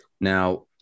Now